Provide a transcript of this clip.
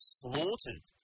slaughtered